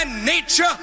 nature